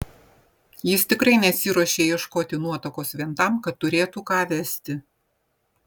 jis tikrai nesiruošė ieškoti nuotakos vien tam kad turėtų ką vesti